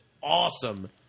awesome